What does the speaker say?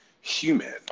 human